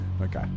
okay